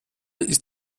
ist